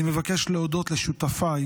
אני מבקש להודות לשותפיי: